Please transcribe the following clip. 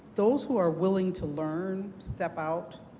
those who are willing to learn, step out,